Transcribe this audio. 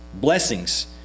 blessings